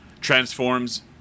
transforms